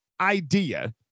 idea